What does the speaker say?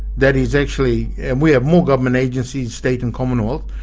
that is actually, and we have more government agencies, state and commonwealth,